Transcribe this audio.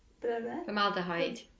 formaldehyde